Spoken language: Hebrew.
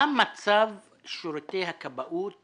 מה מצב שירותי הכבאות